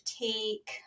take